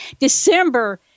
December